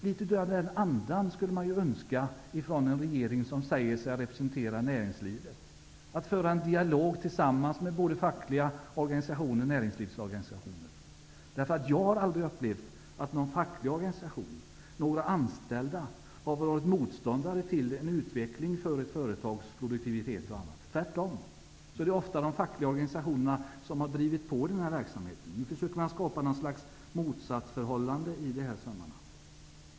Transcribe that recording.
Litet av den andan önskas från en regering som säger sig representera näringslivet. Det gäller att föra en dialog tillsammans med både fackliga organisationer och näringslivsorganisationer. Jag har aldrig upplevt att någon facklig organisation, någon anställd, har varit motståndare till att utveckla ett företags produktivitet osv. Tvärtom! Det är ofta de fackliga organisationerna som har drivit på verksamheten. Nu försöker man skapa något slags motsatsförhållande.